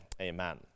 amen